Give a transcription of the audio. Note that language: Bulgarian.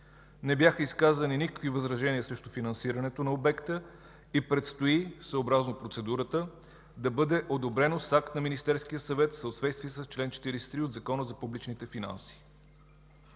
Не бяха изказани никакви възражения срещу финансирането на обекта и предстои, съобразно процедурата, да бъде одобрено с акт на Министерския съвет в съответствие с чл. 43 от Закона за публичните финанси.